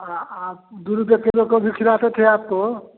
आ आप दो रुपया किलो गोभी खिलाते थे आपको